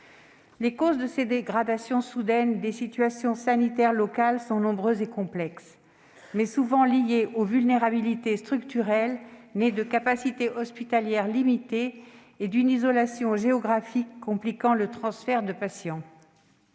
Les causes de cette dégradation soudaine des situations sanitaires locales sont nombreuses et complexes. Elles sont souvent liées aux vulnérabilités structurelles nées de capacités hospitalières limitées et d'une isolation géographique compliquant le transfert de patients.